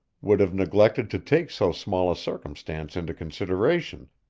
would have neglected to take so small a circumstance into consideration,